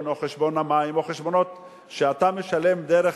או חשבון המים או חשבונות שאתה משלם דרך